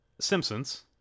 Simpsons